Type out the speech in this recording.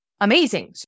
amazing